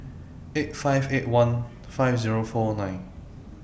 eight five eight one five Zero four nine